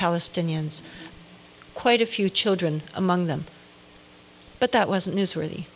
palestinians quite a few children among them but that wasn't newsworthy